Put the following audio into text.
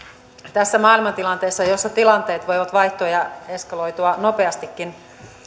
tässä maailmantilanteessa jossa tilanteet voivat vaihtua ja eskaloitua nopeastikin